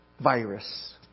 virus